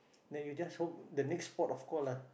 then you just hope the next port of call lah